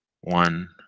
One